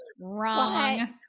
wrong